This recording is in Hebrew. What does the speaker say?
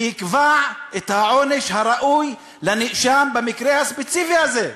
ויקבע את העונש הראוי לנאשם במקרה הספציפי הזה.